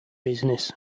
business